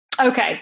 Okay